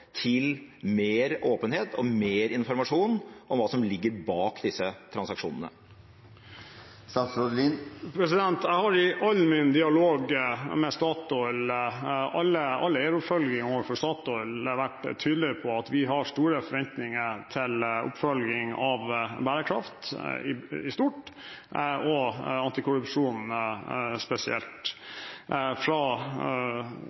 til mer åpenhet og mer informasjon om hva som ligger bak disse transaksjonene? Jeg har i all min dialog med Statoil, i all eieroppfølging med Statoil, vært tydelig på at vi har store forventninger til oppfølging av bærekraft i stort og til antikorrupsjon spesielt.